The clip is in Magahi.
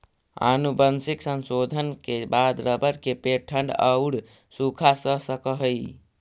आनुवंशिक संशोधन के बाद रबर के पेड़ ठण्ढ औउर सूखा सह सकऽ हई